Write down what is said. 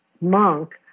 monk